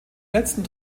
letzten